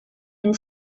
and